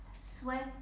sweat